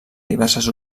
diverses